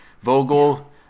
Vogel